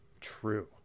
true